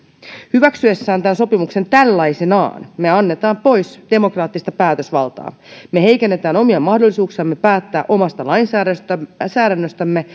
hyväksymme tämän sopimuksen tällaisenaan me annamme pois demokraattista päätösvaltaa me heikennämme omia mahdollisuuksiamme päättää omasta lainsäädännöstämme lainsäädännöstämme